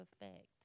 effect